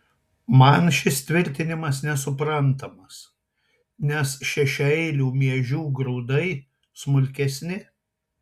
man šis tvirtinimas nesuprantamas nes šešiaeilių miežių grūdai smulkesni